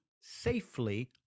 safely